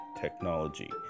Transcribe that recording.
technology